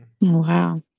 wow